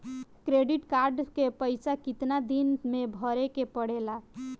Credit card के पइसा कितना दिन में भरे के पड़ेला?